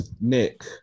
Nick